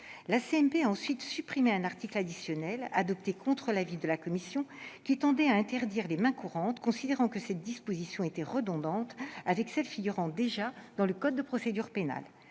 a ensuite supprimé un article additionnel, adopté contre l'avis de la commission, qui tendait à interdire les mains courantes, considérant que cette disposition était redondante avec celles qui figurent déjà dans le code de procédure pénale.